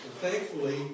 Thankfully